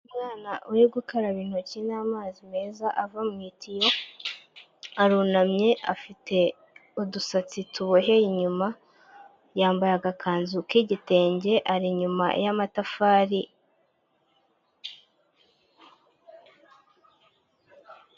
Umwana uri gukaraba intoki n'amazi meza ava mu itiyo, arunamye afite udusatsi tuboheye inyuma, yambaye agakanzu k'igitenge ari inyuma y'amatafari.